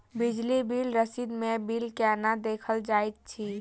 बिजली बिल रसीद मे बिल केना देखल जाइत अछि?